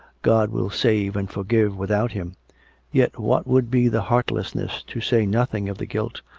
god will save and forgive without him yet what would be the heartlessness, to say nothing of the guilt,